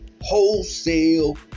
Wholesale